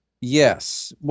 Yes